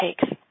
takes